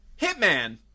hitman